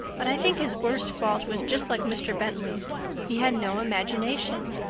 but i think his worst fault was just like mr. bentley's he had no imagination.